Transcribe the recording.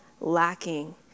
lacking